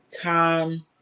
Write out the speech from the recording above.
time